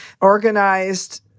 organized